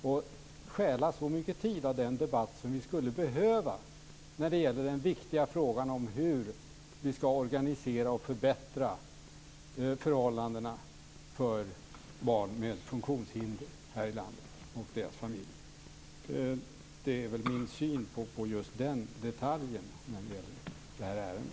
Det stjäler så mycket tid av den debatt som vi skulle behöva när det gäller den viktiga frågan om hur vi ska organisera och förbättra förhållandena för barn med funktionshinder och deras familjer här i landet. Det är min syn på just den detaljen när det gäller detta ärende.